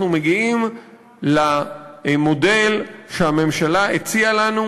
אנחנו מגיעים למודל שהממשלה הציעה לנו,